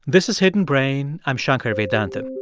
this is hidden brain. i'm shankar vedantam.